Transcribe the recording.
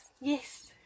Yes